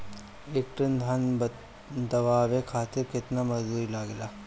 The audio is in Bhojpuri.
एक टन धान दवावे खातीर केतना मजदुर लागेला?